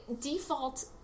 default